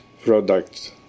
products